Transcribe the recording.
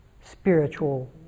spiritual